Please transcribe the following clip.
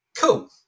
Cool